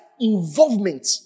involvement